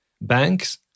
Banks